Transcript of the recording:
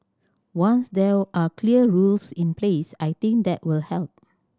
once there are clear rules in place I think that will help